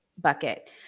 bucket